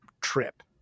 trip